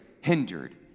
hindered